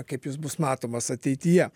kaip jis bus matomas ateityje